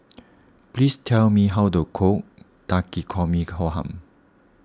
please tell me how to cook Takikomi Gohan